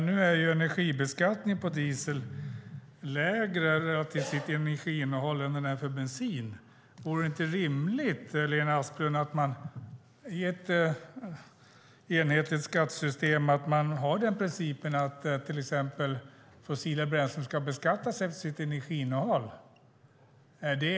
Herr talman! Energibeskattningen på diesel är lägre relativt energiinnehållet än på bensin. Vore det inte rimligt, Lena Asplund, att man i ett enhetligt skattesystem har den principen att till exempel fossila bränslen ska beskattas efter sitt energiinnehåll?